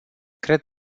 cred